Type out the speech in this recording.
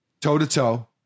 toe-to-toe